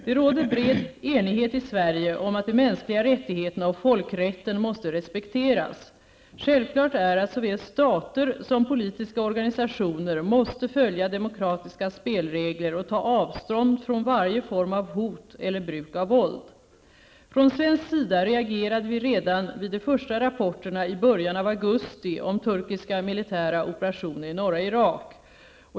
Det råder bred enighet i Sverige om att de mänskliga rättigheterna och folkrätten måste respekteras. Självklart är att såväl stater som politiska organisationer måste följa demokratiska spelregler och ta avstånd från varje form av hot eller bruk av våld. Från svensk sida reagerade vi redan vid de första rapporterna i början av augusti om turkiska militära operationer i norra Irak.